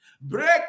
Break